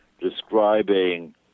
describing